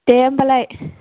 दे होमबालाइ